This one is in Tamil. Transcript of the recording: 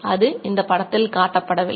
அது இந்த படத்தில் காட்டப்படவில்லை